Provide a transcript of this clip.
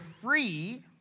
free